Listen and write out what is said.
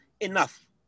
enough